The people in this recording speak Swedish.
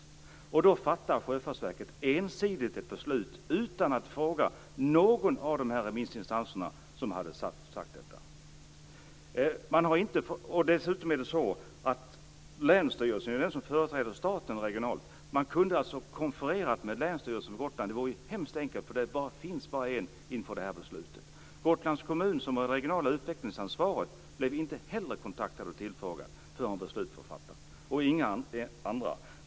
I det läget fattar Sjöfartsverket ensidigt beslut, utan att fråga någon av de remissinstanser som uttalat sig. Länsstyrelsen är den som företräder staten regionalt. Man kunde alltså ha kunnat konferera med länsstyrelsen inför det här beslutet; det hade varit hemskt enkelt. Gotlands kommun, som har det regionala utvecklingsansvaret, blev inte heller kontaktad eller tillfrågad förrän beslutet var fattat, och inga andra heller.